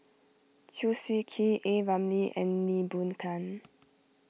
Chew Swee Kee A Ramli and Lee Boon Ngan